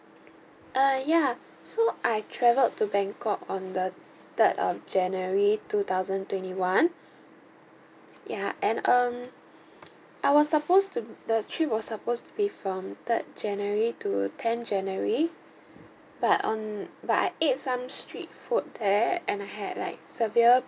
uh ya so I traveled to bangkok on the third of january two thousand twenty one ya and um I was supposed to the trip was supposed to be from third january to tenth january but on but I ate some street food there and I had like severe